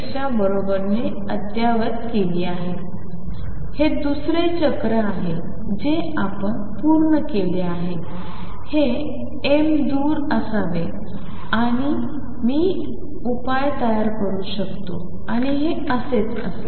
च्या बरोबरीने अद्ययावत केली आहे हे दुसरे चक्र आहे जे आपण पूर्ण केले आहे हे m दूर असावे आणि आता मी उपाय तयार करू शकतो आणि हे असेच असेल